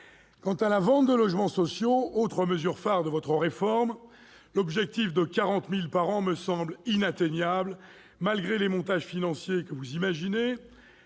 Quant à la vente de logements sociaux, autre mesure phare de votre réforme, l'objectif de 40 000 logements par an me semble inatteignable, malgré les montages financiers que vous imaginez,